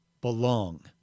belong